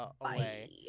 away